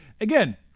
again